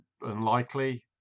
unlikely